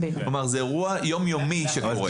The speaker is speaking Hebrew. כלומר זה אירוע יום-יומי שקורה.